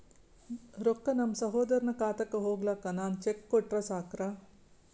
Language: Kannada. ರೊಕ್ಕ ನಮ್ಮಸಹೋದರನ ಖಾತಕ್ಕ ಹೋಗ್ಲಾಕ್ಕ ನಾನು ಚೆಕ್ ಕೊಟ್ರ ಸಾಕ್ರ?